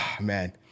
man